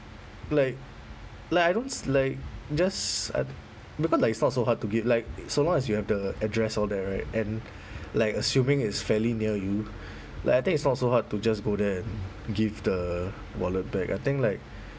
like like I don't s~ like just s~ because like it's not so hard to get like so long as you have the address all that right and like assuming it's fairly near you like I think it's not so hard to just go there and give the wallet back I think like